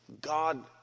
God